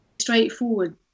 straightforward